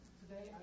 today